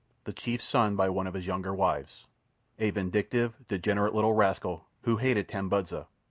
the chief's son by one of his younger wives a vindictive, degenerate little rascal who hated tambudza,